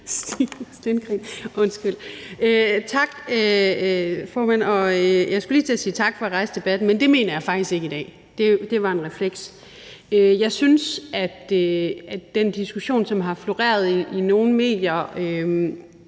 sænke pulten. Tak, formand. Og jeg skulle lige til at sige tak for at rejse debatten, men det mener jeg faktisk ikke i dag – det var en refleks. Jeg synes, at den diskussion, som har floreret i nogle medier,